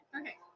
Okay